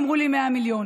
אמרו לי, 100 מיליון.